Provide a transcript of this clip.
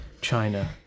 China